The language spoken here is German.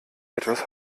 etwas